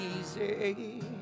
easy